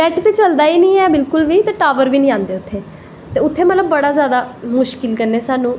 net ते चलदा गै नी ऐ बिल्कुल बी ते टॉवर आंदे गै नी ऐं उत्ते ते उत्थें मतलव बड़ा जादा मुश्किल कन्नै स्हानू